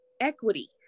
equity